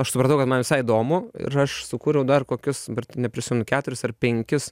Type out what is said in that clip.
aš supratau kad man visai įdomu ir aš sukūriau dar kokius neprisimenu keturis ar penkis